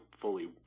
fully